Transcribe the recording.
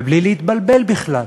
ובלי להתבלבל בכלל,